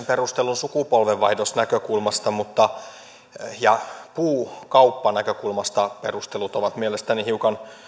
perustelun sukupolvenvaihdosnäkökulmasta puukauppanäkökulmasta perustelut ovat mielestäni hiukan